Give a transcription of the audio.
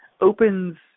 opens